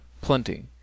Plenty